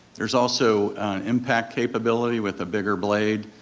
there's also impact capability with a bigger blade.